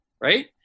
right